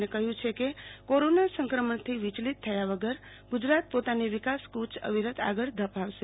અને કહ્યુ છે કે કોરોના સંક્રમણથી વિચલિત થયા વગર ગુજરાત પોતાની વિકાસ કુય અવિરત આગળ ધપાવશે